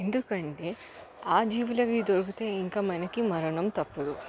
ఎందుకంటే ఆ జీవులకి దొరికితే ఇంకా మనకి మరణం తప్పదు